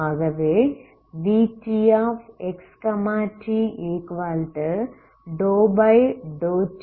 ஆகவே vtxt∂tuaxat0∂u∂